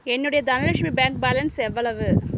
என்னுடைய Dhanalakshmi bank balance எவ்வளவு